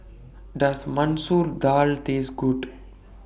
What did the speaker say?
Does Masoor Dal Taste Good